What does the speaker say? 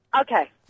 Okay